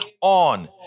on